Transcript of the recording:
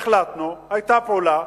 החלטנו, היתה פעולה.